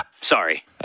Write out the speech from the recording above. sorry